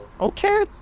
Okay